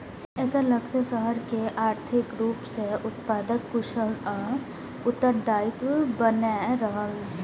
एकर लक्ष्य शहर कें आर्थिक रूप सं उत्पादक, कुशल आ उत्तरदायी बनेनाइ रहै